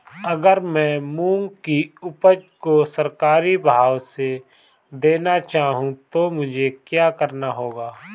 अगर मैं मूंग की उपज को सरकारी भाव से देना चाहूँ तो मुझे क्या करना होगा?